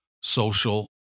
social